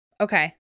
Okay